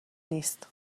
نیست